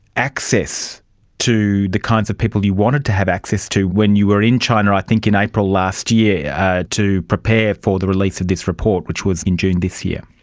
access to the kinds of people you wanted to have access to when you are in china i think in april last year yeah to prepare for the release of this report, which was in june this year.